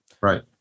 Right